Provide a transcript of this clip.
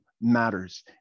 matters